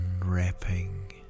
unwrapping